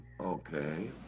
okay